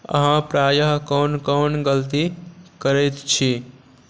अहाँ प्रायः कोन कोन गलती करैत छी